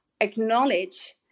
acknowledge